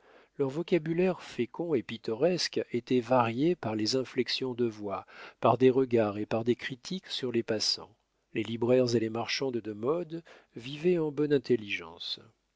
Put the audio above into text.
leur vocabulaire fécond et pittoresque était varié par les inflexions de voix par des regards et par des critiques sur les passants les libraires et les marchandes de modes vivaient en bonne intelligence